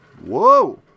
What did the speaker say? Whoa